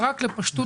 אני חוזר לפשטות